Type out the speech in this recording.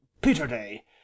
Peterday